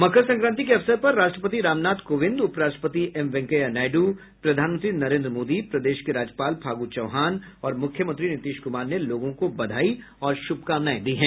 मकर संक्रांति के अवसर पर राष्ट्रपति रामनाथ कोविंद उप राष्ट्रपति एम वेंकैया नायडू प्रधानमंत्री नरेन्द्र मोदी प्रदेश के राज्यपाल फागू चौहान और मुख्यमंत्री नीतीश कुमार ने लोगों को बधाई और शुभकामनाएं दी हैं